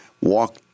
walk